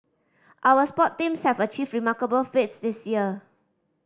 our sport teams have achieved remarkable feats this year